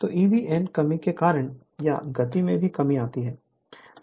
तो Eb n की कमी के कारण या गति में भी कमी आएगी